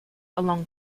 along